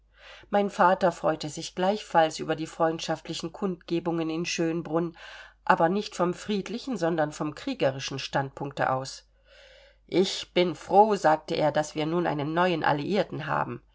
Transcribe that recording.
mein vater freute sich gleichfalls über die freundschaftlichen kundgebungen in schönbrunn aber nicht vom friedlichen sondern vom kriegerischen standpunkte aus ich bin froh sagte er daß wir nun einen neuen alliierten haben